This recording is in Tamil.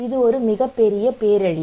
இது ஒரு மிகப்பெரிய பேரழிவு